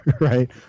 right